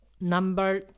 Number